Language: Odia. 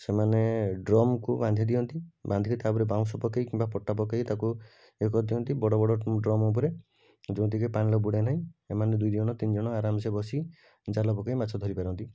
ସେମାନେ ଡ୍ରମ୍କୁ ବାନ୍ଧି ଦିଅନ୍ତି ବାନ୍ଧିକି ତା'ପରେ ବାଉଁଶ ପକେଇ କିମ୍ବା ପଟା ପକେଇ ତାକୁ ଇଏ କରିଦିଅନ୍ତି ବଡ଼ ବଡ଼ ଡ୍ରମ୍ ଉପରେ ଯେମିତିକି ପାଣିରେ ବୁଡ଼େ ନାହିଁ ଏମାନେ ଦୁଇଜଣ ତିନିଜଣ ଆରାମ ସେ ବସି ଜାଲ ପକେଇ ମାଛ ଧରିପାରନ୍ତି